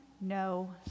No